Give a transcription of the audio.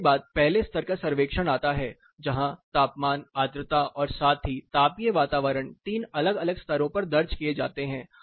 इसके बाद पहले स्तर का सर्वेक्षण आता है जहां तापमानआर्द्रता और साथ ही तापीय वातावरण 3 अलग अलग स्तरों पर दर्ज किए जाते हैं